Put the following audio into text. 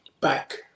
back